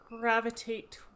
gravitate